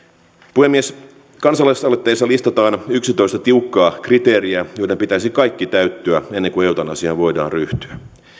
puhemies kansalaisaloitteessa listataan yksitoista tiukkaa kriteeriä joiden pitäisi kaikkien täyttyä ennen kuin eutanasiaan voidaan ryhtyä